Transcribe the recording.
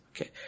Okay